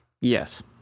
Yes